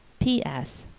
p. s.